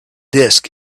disk